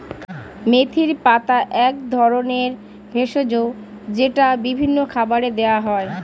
মেথির পাতা এক ধরনের ভেষজ যেটা বিভিন্ন খাবারে দেওয়া হয়